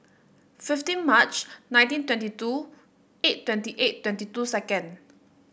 fifteen March nineteen twenty two eight twenty eight twenty two